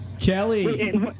Kelly